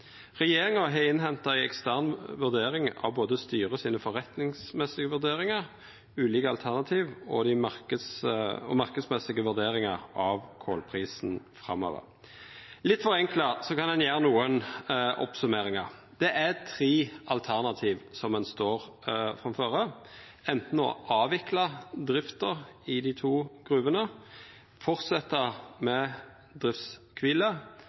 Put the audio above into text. Regjeringa har innhenta ei ekstern vurdering av styret sine forretningsmessige vurderingar, ulike alternativ og dei marknadsmessige vurderingane av kolprisen framover. Litt forenkla kan ein gjera nokre oppsummeringar. Det er tre alternativ som ein står framfor, anten å avvikla drifta i dei to gruvene, fortsetja med driftskvile